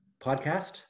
podcast